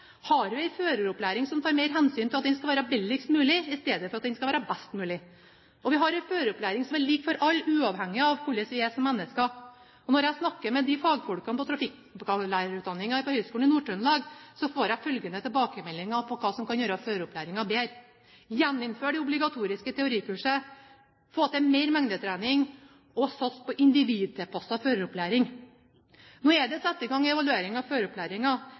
Har vi en føreropplæring som tar mer hensyn til at den skal være billigst mulig i stedet for at den skal være best mulig? Vi har en føreropplæring som er lik for alle, uavhengig av hvordan vi er som mennesker. Når jeg snakker med fagfolkene på trafikklærerutdanningen ved Høgskolen i Nord-Trøndelag, får jeg følgende tilbakemelding på hva som kan gjøre føreropplæringen bedre: gjeninnføre obligatorisk teorikurs få til mer mengdetrening satse på individtilpasset føreropplæring Nå er det satt i gang en evaluering av